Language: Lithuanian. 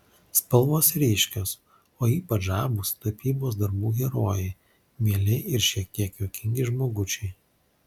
spalvos ryškios o ypač žavūs tapybos darbų herojai mieli ir šiek tiek juokingi žmogučiai